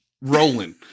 rolling